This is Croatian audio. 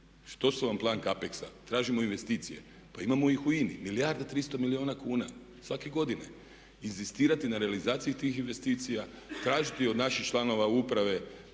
se ne razumije./…? Tražimo investicije. Pa imamo ih u INA-i, milijarda i 300 milijuna kuna svake godine. Inzistirati na realizaciji tih investicija, tražiti od naših članova uprave